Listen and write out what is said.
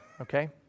okay